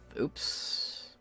Oops